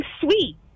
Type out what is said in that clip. sweet